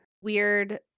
weird